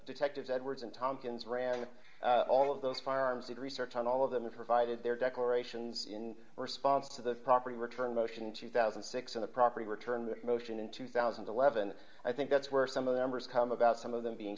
detectives edwards and tomkins ran all of those firearms and research on all of them and provided their declarations in response to the property return motion two thousand and six in the property returned motion in two thousand and eleven i think that's where some of the embers come about some of them being